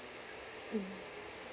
mm